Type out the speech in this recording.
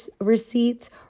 receipts